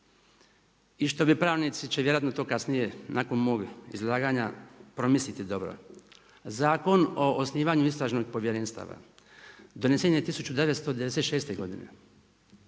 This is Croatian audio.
i što bi pravnici, će vjerojatno to kasnije, nakon mog izlaganja, promisliti dobro. Zakon o osnivanju istražnih povjerenstava donesen je 1996. godine